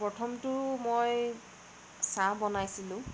প্ৰথমটো মই চাহ বনাইছিলোঁ